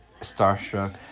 starstruck